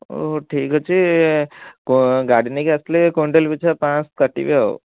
ଓହୋ ଠିକ୍ ଅଛି ଗାଡ଼ି ନେଇକି ଆସିଲେ କୁଇଣ୍ଟାଲ୍ ପିଛା ପାଞ୍ଚ ଶହ କାଟିବେ ଆଉ